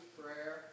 prayer